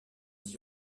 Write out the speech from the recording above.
t’y